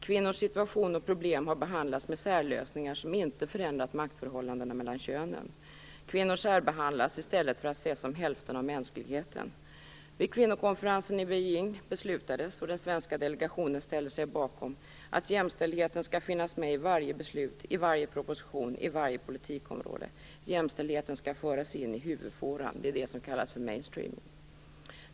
Kvinnors situation och problem har behandlats med särlösningar som inte har förändrat maktförhållandena mellan könen. Kvinnor särbehandlas i stället för att ses som hälften av mänskligheten. Vid kvinnokonferensen i Beijing beslutades - och den svenska delegationen ställde sig bakom - att jämställdheten skall finnas med i varje beslut, i varje proposition, i varje politikområde. Jämställdheten skall föras in i huvudfåran - det är det som kallas för mainstreaming.